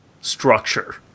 structure